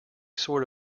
sort